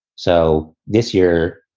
so this year,